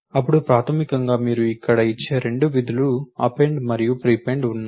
అప్పుడు ప్రాథమికంగా మీరు ఇక్కడ ఇచ్చే రెండు ఫంక్షన్ లు అప్పెండ్ మరియు ప్రీపెండ్ ఉన్నాయి